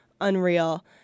unreal